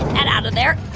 that out of there.